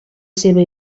seva